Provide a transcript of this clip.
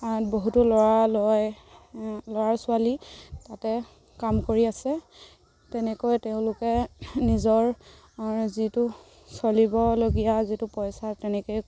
বহুতো ল'ৰা লয় ল'ৰা ছোৱালী তাতে কাম কৰি আছে তেনেকৈ তেওঁলোকে নিজৰ যিটো চলিবলগীয়া যিটো পইচা তেনেকেই